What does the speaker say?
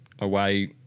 away